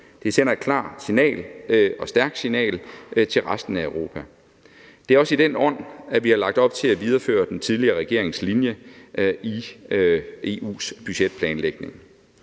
Det sender et klart signal og et stærkt signal til resten af Europa. Det er også i den ånd, vi har lagt op til at videreføre den tidligere regerings linje i EU's budgetplanlægning.